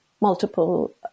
multiple